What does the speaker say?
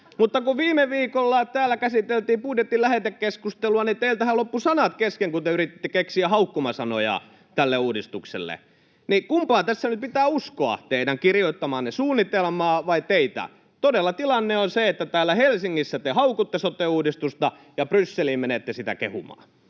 mutta kun viime viikolla täällä käsiteltiin budjetin lähetekeskustelua, niin teiltähän loppuivat sanat kesken, kun te yrititte keksiä haukkumasanoja tälle uudistukselle. Kumpaa tässä nyt pitää uskoa, teidän kirjoittamaanne suunnitelmaa vai teitä? Todella tilanne on se, että täällä Helsingissä te haukutte sote-uudistusta ja Brysseliin menette sitä kehumaan.